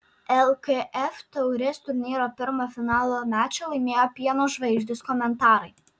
lkf taurės turnyro pirmą finalo mačą laimėjo pieno žvaigždės komentarai